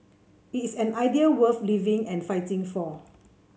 it is an idea worth living and fighting for